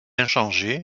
inchangée